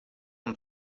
amb